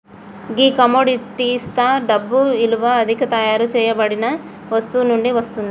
గీ కమొడిటిస్తా డబ్బు ఇలువ అది తయారు సేయబడిన వస్తువు నుండి వస్తుంది